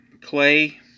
clay